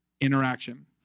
interaction